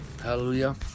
Hallelujah